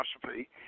philosophy